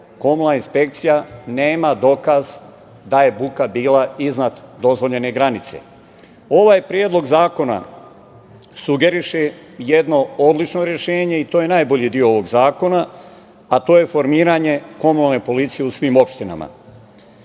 komunalna inspekcija nema dokaz da je buka bila iznad dozvoljene granice. Ovaj predlog zakona sugeriše jedno odlično rešenje i to je najbolji deo ovog zakona, a to je formiranje komunalne policije u svim opštinama.